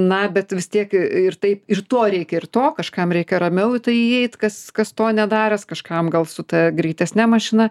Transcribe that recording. na bet vis tiek ir taip ir to reikia ir to kažkam reikia ramiau į tai įeit kas kas to nedaręs kažkam gal su ta greitesne mašina